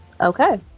okay